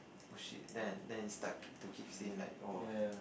oh shit then then it start kick to kicks in like oh